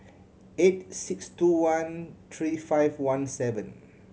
eight six two one three five one seven